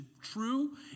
true